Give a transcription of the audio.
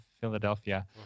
Philadelphia